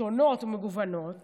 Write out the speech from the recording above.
שונות ומגוונות